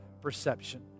perception